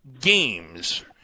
games